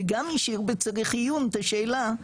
וגם השאיר בצריך עיון את השאלה,